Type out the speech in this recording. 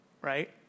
right